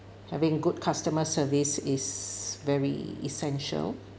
having good customer service is very essential